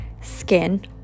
skin